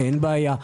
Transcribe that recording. אין בעיה .